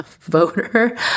voter